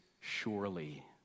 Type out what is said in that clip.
surely